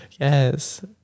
Yes